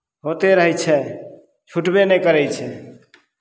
होइते रहै छै छुटबे नहि करै छै